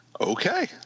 Okay